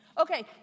Okay